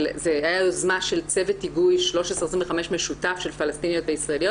זו הייתה יוזמה של צוות היגוי 1325 משותף של פלשתיניות וישראליות